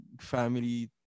family